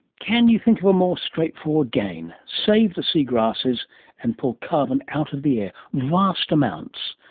can you think of a more straightforward gain save the seagrasses and pull carbon out of the air, vast amounts,